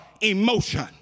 emotion